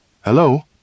Hello